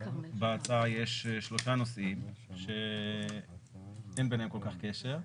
בהצעה יש שלושה נושאים שאין ביניהם כל כך קשר.